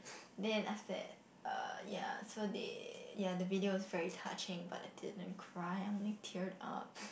then after that uh ya so they ya the video was very touching but I didn't cry I only teared up